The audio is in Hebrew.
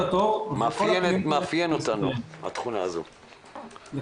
התור --- התכונה הזאת מאפיינת אותנו.